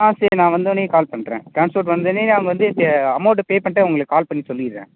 ஆ சரி நான் வந்தோன்னே கால் பண்ணுறேன் டிரான்ஸ்போர்ட் வந்தோன்னே நான் வந்து அமௌன்ட் பே பண்ணிட்டு உங்களுக்கு கால் பண்ணி சொல்லிடுறேன்